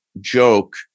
joke